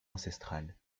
ancestrales